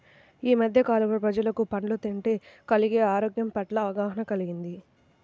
యీ మద్దె కాలంలో ప్రజలకు పండ్లు తింటే కలిగే ఆరోగ్యం పట్ల అవగాహన కల్గింది